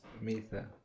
mitha